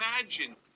imagine